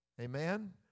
Amen